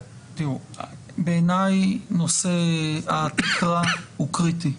בעיניי נושא התקרה הוא קריטי.